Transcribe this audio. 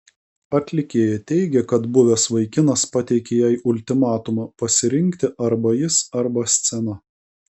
atlikėja teigė kad buvęs vaikinas pateikė jai ultimatumą pasirinkti arba jis arba scena